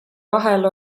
vahel